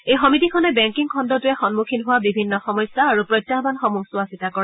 এই সমিতিখনে বেংকিং খণ্ডটোৱে সন্মুখীন হোৱা বিভিন্ন সমস্যা আৰু প্ৰত্যাহানসমূহ চোৱা চিতা কৰে